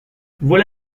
voilà